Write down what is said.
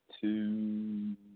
two